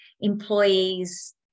employees